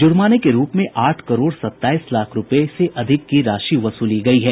ज़र्माने के रूप में आठ करोड़ सताईस लाख रूपये से अधिक की राशि वसूली गयी है